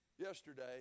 yesterday